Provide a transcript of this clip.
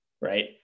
Right